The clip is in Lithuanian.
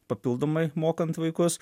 papildomai mokant vaikus